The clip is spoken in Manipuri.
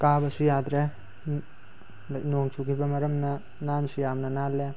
ꯀꯥꯕꯁꯨ ꯌꯥꯗ꯭ꯔꯦ ꯅꯣꯡ ꯆꯨꯈꯤꯕ ꯃꯔꯝꯅ ꯅꯥꯟꯁꯨ ꯌꯥꯝꯅ ꯅꯥꯟꯂꯦ